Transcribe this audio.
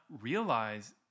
realize